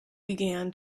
began